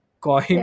coin